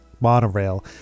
monorail